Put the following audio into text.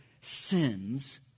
sins